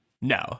No